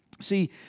See